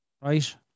Right